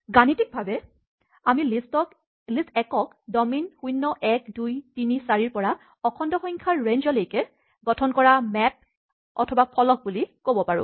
গাণিতিকভাৱে আমি লিষ্ট ১ ক ডমেইন ০১২৩৪ ৰ পৰা অখণ্ড সংখ্যাৰ ৰেণ্জলৈকে গঠন কৰা মেপ অথবা ফলকফাংচন function বুলিব পাৰোঁ